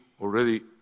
already